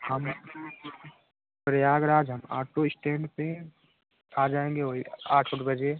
हम प्रयागराज हम auto stand पर आ जाएँगे वही आठ ओठ बजे